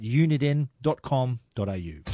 uniden.com.au